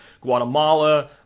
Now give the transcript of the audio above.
Guatemala